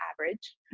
average